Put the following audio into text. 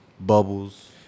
bubbles